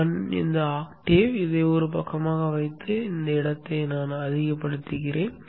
நான் இந்த ஆக்டேவ்வை ஒரு பக்கமாக வைத்து இடத்தை அதிகப்படுத்துவேன்